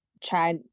try